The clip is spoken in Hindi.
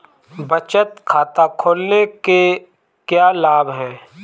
बचत खाता खोलने के क्या लाभ हैं?